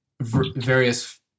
various